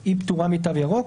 היא פטורה מתו ירוק.